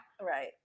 Right